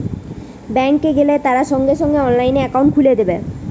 bank এ গেলে তারা সঙ্গে সঙ্গে অনলাইনে একাউন্ট খুলে দেবে